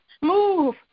move